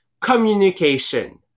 communication